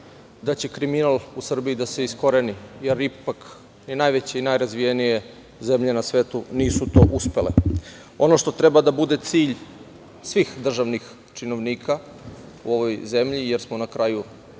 da će kriminal u Srbiji da se iskoreni, jer ipak najveće i najrazvijenije zemlje na svetu nisu to uspele. Ono što treba da bude cilj svih državnih činovnika u ovoj zemlji, jer smo na kraju